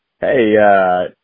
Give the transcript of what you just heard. Hey